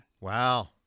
Wow